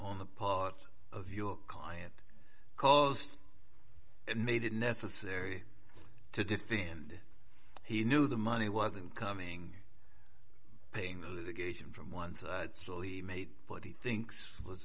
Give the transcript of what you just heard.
on the part of your client caused made it necessary to defend he knew the money wasn't coming paying the litigation from one side slowly made what he thinks w